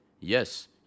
Yes